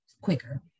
quicker